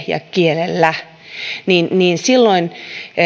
ja kielellä niin silloin